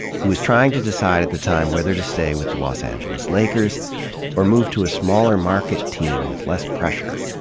who was trying to decide at the time whether to stay with the los angeles lakers or move to a smaller market team with less pressure.